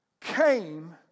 came